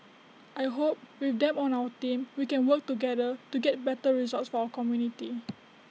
I hope with them on our team we can work together to get better results for our community